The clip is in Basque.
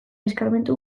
eskarmentu